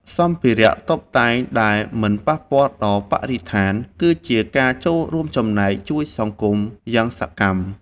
សម្ភារៈតុបតែងដែលមិនប៉ះពាល់ដល់បរិស្ថានគឺជាការចូលរួមចំណែកជួយសង្គមយ៉ាងសកម្ម។